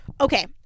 Okay